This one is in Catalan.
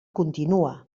continua